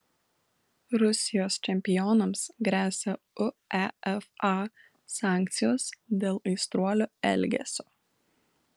rusijos čempionams gresia uefa sankcijos dėl aistruolių elgesio